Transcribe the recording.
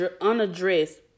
unaddressed